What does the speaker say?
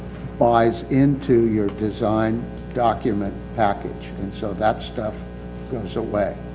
buys into your design document package. so that stuff goes away.